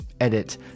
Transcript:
edit